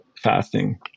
fasting